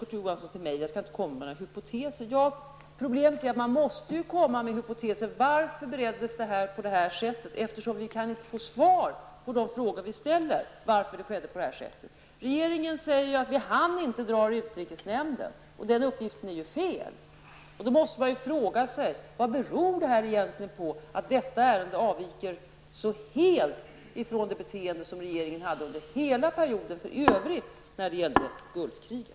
Kurt Johansson säger till mig att jag inte skall ägna mig åt att arbeta med hypoteser. Men det måste man göra i detta fall. Varför bereddes ärendet på det sätt som skedde? Vi får inga svar på den frågan. Regeringen säger att man inte hann föredra ärendet i utrikesnämnden, men den uppgiften är fel. Det finns därför anledning att fråga sig varför handläggningen av detta ärende så helt avviker från regeringens beteende under hela perioden i övrigt för Gulfkriget.